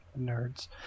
nerds